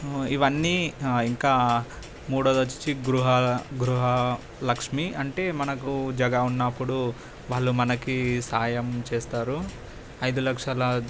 ఇవన్నీ ఇంకా మూడోది వచ్చి గృహా గృహా లక్ష్మి అంటే మనకు జాగా ఉన్నప్పుడు వాళ్ళు మనకి సాయం చేస్తారు ఐదు లక్షల